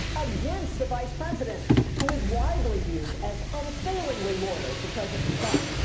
against the vice president who is widely viewed as unfailingly loyal to president trump.